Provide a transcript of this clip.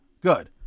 Good